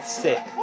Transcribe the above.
sick